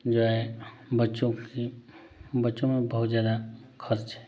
जो है बच्चों की बच्चों में बहुत ज़्यादा खर्च